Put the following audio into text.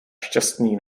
šťastný